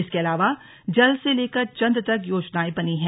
इसके अलावा जल से लेकर चंद्र तक योजनाएं बनी हैं